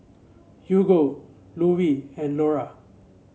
Hugo Lovie and Lora